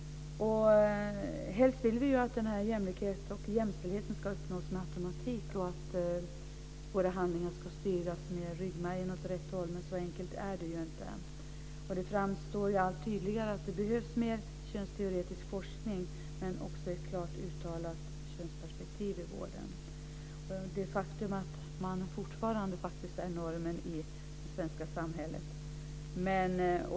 Helst vill vi att jämställdheten ska uppnås med automatik och att våra handlingar av ryggmärgen ska styras åt rätt håll, men så enkelt är det ju inte. Det framstår allt tydligare att det behövs mer av könsteoretisk forskning och även ett mer uttalat könsperspektiv i vården. Det är ett faktum att mannen fortfarande är normen i det svenska samhället.